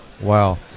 Wow